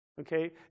okay